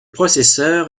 processeur